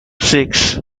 six